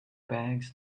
bags